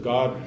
God